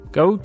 go